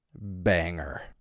banger